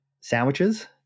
sandwiches